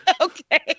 Okay